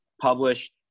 published